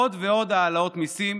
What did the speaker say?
עוד ועוד העלאות מיסים,